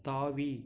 தாவி